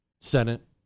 Senate